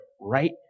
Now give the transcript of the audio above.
right